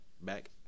back